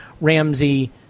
Ramsey